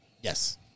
Yes